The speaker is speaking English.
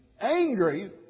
angry